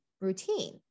routine